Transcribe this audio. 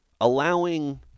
Allowing